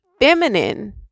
feminine